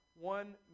one